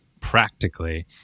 practically